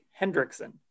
Hendrickson